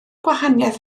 gwahaniaeth